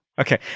Okay